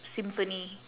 symphony